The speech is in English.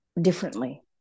differently